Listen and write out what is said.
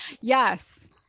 Yes